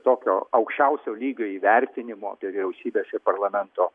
tokio aukščiausio lygio įvertinimo tai vyriausybės ir parlamento